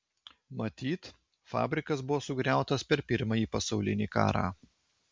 matyt fabrikas buvo sugriautas per pirmąjį pasaulinį karą